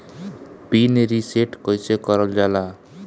Pin reset कईसे करल जाला?